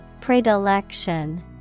Predilection